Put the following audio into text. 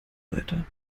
weiter